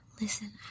listen